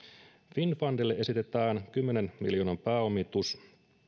finnfundille esitetään kymmenen miljoonan pääomitus